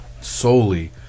solely